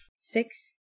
six